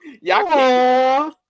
Y'all